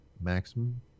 maximum